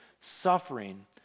suffering